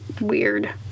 Weird